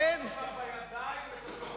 הכול היום בידכם.